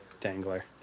dangler